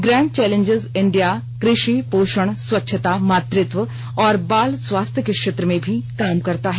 grand challenges India कृषि पोषण स्वच्छता मातृत्व और बाल स्वास्थ्य के क्षेत्र में भी काम करता है